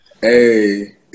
Hey